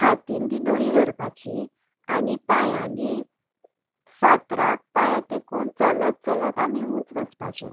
हातीन ती दोरी धरपाची आनी पांयांनी फातराक पांयें तेकोन चलत चलत आमी उंच वसपाचें